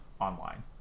online